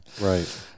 right